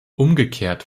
umgekehrt